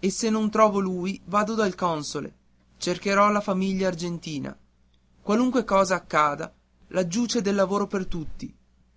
madre se non trovo lui vado dal console cercherò la famiglia argentina qualunque cosa accada laggiù c'è del lavoro per tutti